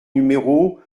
numéro